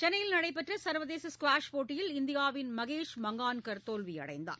சென்னையில் நடைபெற்ற சர்வதேச ஸ்குவாஷ் போட்டியில் இந்தியாவின் மகேஷ் மங்கான்கர் தோல்வியடைந்தார்